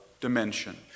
dimension